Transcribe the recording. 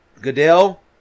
Goodell